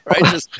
right